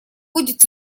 будет